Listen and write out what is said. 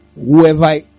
Whoever